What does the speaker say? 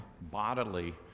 bodily